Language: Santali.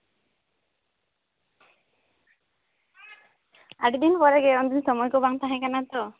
ᱟᱹᱰᱤ ᱫᱤᱱ ᱯᱚᱨᱮ ᱜᱮ ᱩᱱᱫᱤᱱ ᱥᱚᱢᱚᱭ ᱠᱚ ᱵᱟᱝ ᱛᱟᱦᱟᱮᱸᱠᱟᱱᱟ ᱛᱚ